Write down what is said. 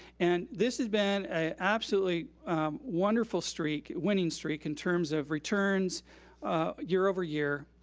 and this has been a absolutely wonderful streak, winning streak, in terms of returns year over year.